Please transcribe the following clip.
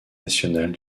nationale